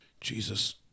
Jesus